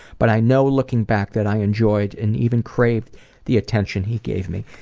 but i know looking back that i enjoyed and even craved the attention he gave me.